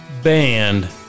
band